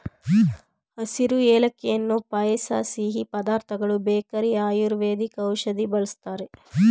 ಹಸಿರು ಏಲಕ್ಕಿಯನ್ನು ಪಾಯಸ ಸಿಹಿ ಪದಾರ್ಥಗಳು ಬೇಕರಿ ಆಯುರ್ವೇದಿಕ್ ಔಷಧಿ ಬಳ್ಸತ್ತರೆ